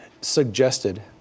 suggested